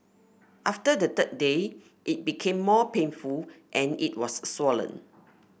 after the third day it became more painful and it was swollen